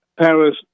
Paris